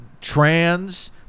trans